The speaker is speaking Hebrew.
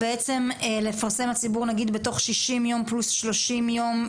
בעצם לפרסם לציבור בתוך 60 יום פלוס 30 יום,